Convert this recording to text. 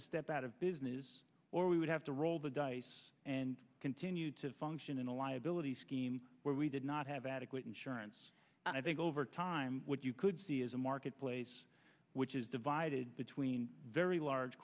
to step out of business or we would have to roll the dice and continue to function in a liability scheme where we did not have adequate insurance and i think over time what you could see is a marketplace which is divided between very large